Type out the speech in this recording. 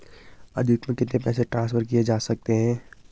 अधिकतम कितने पैसे ट्रांसफर किये जा सकते हैं?